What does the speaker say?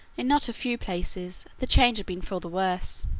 in not a few places, the change had been for the worse.